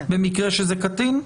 במקרה שזה קטין?